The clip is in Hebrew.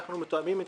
אנחנו מתואמים איתם.